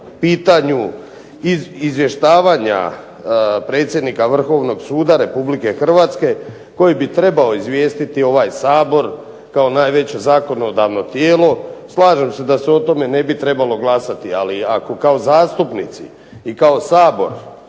pitanju izvještavanja predsjednika Vrhovnog suda Republike Hrvatske koji bi trebao izvijestiti ovaj Sabor kao najveće zakonodavno tijelo. Slažem se da se o tome ne bi trebalo glasati, ali ako kao zastupnici i kao Sabor